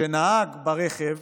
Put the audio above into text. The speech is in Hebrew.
שנהג ברכב